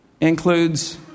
includes